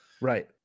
Right